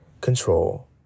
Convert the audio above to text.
control